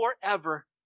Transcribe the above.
forever